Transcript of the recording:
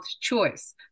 choice